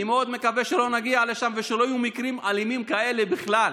אני מאוד מקווה שלא נגיע לשם ושלא יהיו מקרים אלימים כאלה בכלל,